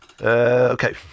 Okay